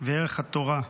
וערך התורה.